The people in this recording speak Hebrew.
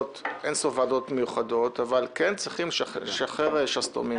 אין-סוף ועדות מיוחדות אבל צריכים לשחרר שסתומים.